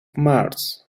mars